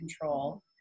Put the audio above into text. control